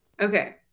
Okay